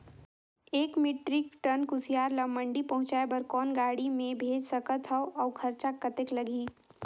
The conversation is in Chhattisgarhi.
एक मीट्रिक टन कुसियार ल मंडी पहुंचाय बर कौन गाड़ी मे भेज सकत हव अउ खरचा कतेक लगही?